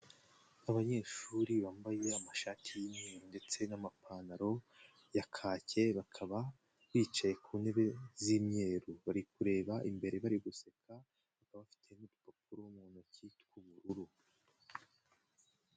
Abanyeshuri bambaye amashati y'imyeru ndetse n'amapantaro ya kacye, bakaba bicaye ku ntebe z'imyeru, bari kureba imbere bari guseka, bakaba bafite n'udupapuro mu ntoki tw'ubururu.